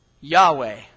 Yahweh